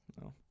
No